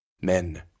men